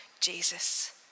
Jesus